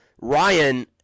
Ryan